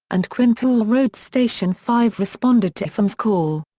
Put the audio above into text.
and quinpool road's station five responded to upham's call.